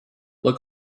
this